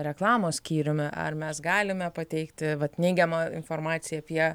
reklamos skyriumi ar mes galime pateikti vat neigiamą informaciją apie